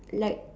like